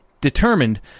determined